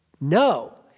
No